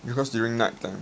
because during night time